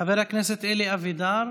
חברת הכנסת אלי אבידר,